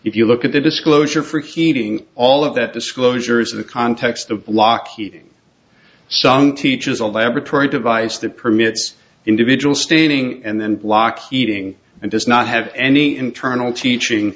if you look at the disclosure for heating all of that disclosure is in the context of blocky sung teaches a laboratory device that permits individual staining and then block heating and does not have any internal teaching